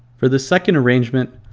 for the second arrangement,